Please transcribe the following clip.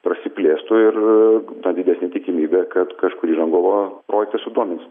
prasiplėstų ir na didesnė tikimybė kad kažkurį rangovą projektas sudomins